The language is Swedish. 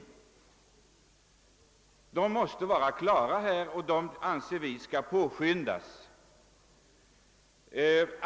De utredningarna måste vara klara, och vi anser att de bör påskyndas.